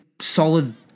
solid